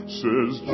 says